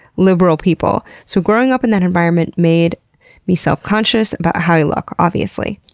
liberal people. so growing up in that environment made me self-conscious about how i look, obviously.